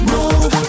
Move